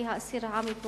כי האסיר עמי פופר,